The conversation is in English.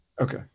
Okay